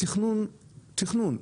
התכנון, הוא תכנון.